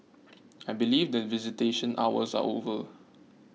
I believe that visitation hours are over